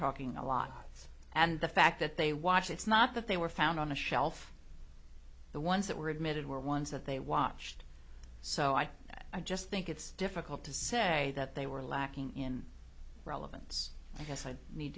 talking a lot and the fact that they watch it's not that they were found on a shelf the ones that were admitted were ones that they watched so i just think it's difficult to say that they were lacking in relevance i guess i need